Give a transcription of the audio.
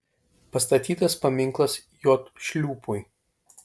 pastatytas paminklas j šliūpui